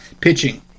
Pitching